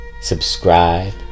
subscribe